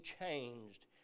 changed